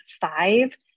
five